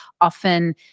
often